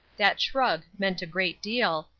that shrug meant a great deal,